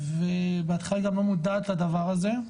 ובהתחלה היא גם לא מודעת לדבר הזה,